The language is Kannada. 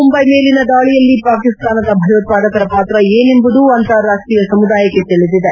ಮುಂಬೈ ಮೇಲಿನ ದಾಳಿಯಲ್ಲಿ ಪಾಕಿಸ್ತಾನದ ಭಯೋತ್ವಾದಕರ ಪಾತ್ರ ಏನೆಂಬುದು ಅಂತಾರಾಷ್ಷೀಯ ಸಮುದಾಯಕ್ಕೆ ತಿಳಿದಿದೆ